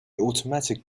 automatic